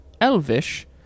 Elvish